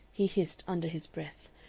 he hissed under his breath,